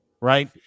right